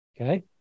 okay